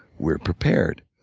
we're prepared.